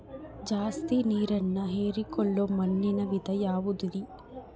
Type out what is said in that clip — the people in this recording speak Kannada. ಜಾಸ್ತಿ ನೇರನ್ನ ಹೇರಿಕೊಳ್ಳೊ ಮಣ್ಣಿನ ವಿಧ ಯಾವುದುರಿ?